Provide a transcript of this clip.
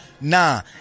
nah